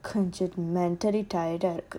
considered mentally tired